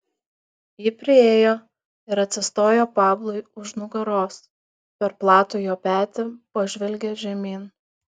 ji priėjo ir atsistojo pablui už nugaros per platų jo petį pažvelgė žemyn